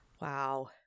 Wow